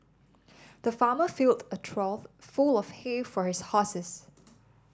the farmer filled a trough full of hay for his horses